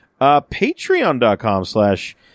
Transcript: Patreon.com/slash